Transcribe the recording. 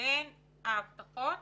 בין ההבטחות